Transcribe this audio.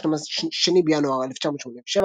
2 בינואר 1987,